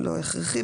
לא הכרחי,